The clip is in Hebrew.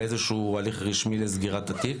באיזשהו הליך רשמי לסגירת התיק.